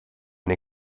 nei